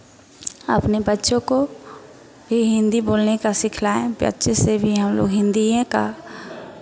अपने बच्चों को भी हिन्दी बोलने का सिखलाएँ बच्चे से भी हम लोग हिन्दीये का